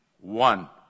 one